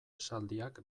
esaldiak